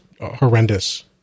horrendous